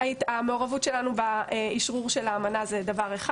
המעורבות שלנו באישרור האמנה זה דבר אחד.